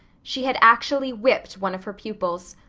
she had actually whipped one of her pupils.